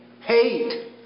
hate